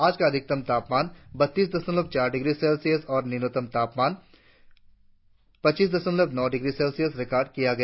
आज का अधिकतम तापमान बत्तीस दशमलव चार डिग्री सेल्सियस और न्यूनतम तापमान पच्चीस दशमलव नो डिग्री सेल्सियस रिकार्ड किया गया